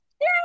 Yay